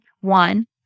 one